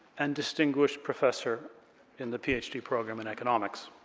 and distinguished professor in the phd program in economics.